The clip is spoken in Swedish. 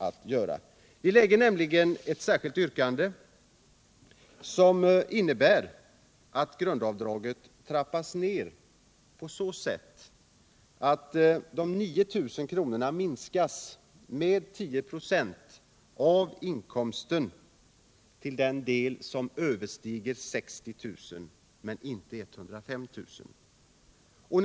Vi framställer nämligen ett särskilt yrkande, som innebär att grundavdraget trappas ned på så sätt att de 9 000 kronorna minskas med 10 96 av inkomsten till den del den överstiger 60 000 men inte 105 000 kr.